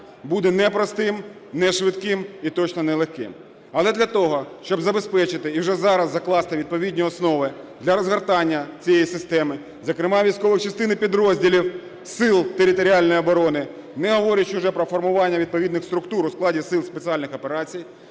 буде непростим, нешвидким і точно нелегким. Але для того, щоб забезпечити і вже зараз закласти відповідні основи для розгортання цієї системи, зокрема, військових частин і підрозділів Сил територіальної оброни, не говорячи вже про формування відповідних структур у складі сил спеціальних операцій,